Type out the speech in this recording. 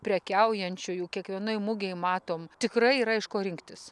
prekiaujančiųjų kiekvienoj mugėj matome tikrai yra iš ko rinktis